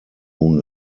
moon